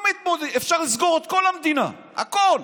אפשר לסגור את כל המדינה, הכול,